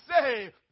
say